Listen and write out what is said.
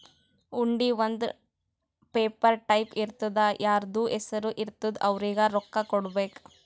ಹುಂಡಿ ಒಂದ್ paper type ಇರ್ತುದಾ ಯಾರ್ದು ಹೆಸರು ಇರ್ತುದ್ ಅವ್ರಿಗ ರೊಕ್ಕಾ ಕೊಡ್ಬೇಕ್